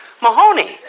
Mahoney